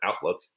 outlook